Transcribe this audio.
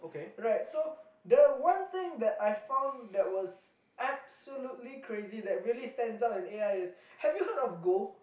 right so the one thing that I found that was absolutely crazy that really stands out in A_I is have you heard of go